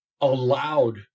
allowed